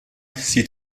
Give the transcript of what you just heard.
sie